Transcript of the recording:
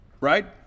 Right